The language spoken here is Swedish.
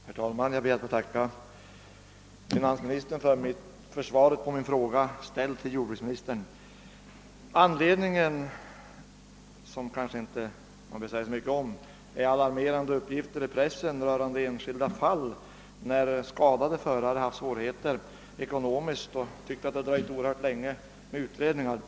Herr talman! Jag ber att få tacka finansministern för svaret på min till jordbruksministern ställda fråga. Anledningen till min fråga är att det förekommit alarmerande uppgifter i pressen rörande enskilda fall, där skadade förare fått ekonomiska svårigheter när utredningarna dragit ut långt på tiden.